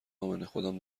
امنهخودم